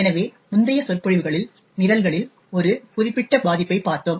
எனவே முந்தைய சொற்பொழிவுகளில் நிரல்களில் ஒரு குறிப்பிட்ட பாதிப்பைப் பார்த்தோம்